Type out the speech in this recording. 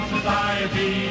Society